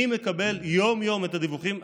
אני מקבל יום-יום את הדיווחים.